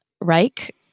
Reich